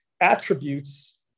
attributes